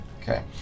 okay